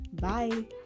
Bye